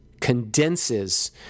condenses